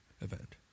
event